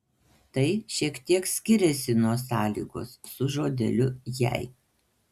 tai šiek tiek skiriasi nuo sąlygos su žodeliu jei